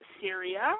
Syria